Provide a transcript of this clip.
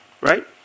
Right